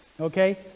Okay